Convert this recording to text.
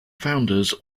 founders